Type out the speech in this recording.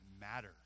matter